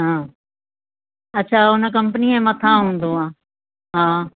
हा अच्छा उन कंपनी जे मथा हूंदो आहे हा